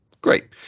Great